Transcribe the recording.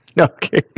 okay